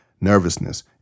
nervousness